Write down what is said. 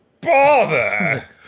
bother